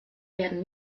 werden